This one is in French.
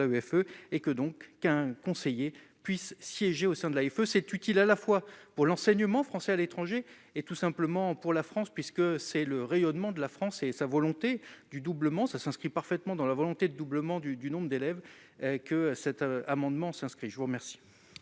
l'AFE et que donc qu'un conseiller puissent siéger au sein de l'AFE c'est utile à la fois pour l'enseignement français à l'étranger et tout simplement pour la France puisque c'est le rayonnement de la France et sa volonté du doublement ça s'inscrit parfaitement dans la volonté de doublement du nombre d'élèves que cet amendement s'inscrit, je vous remercie.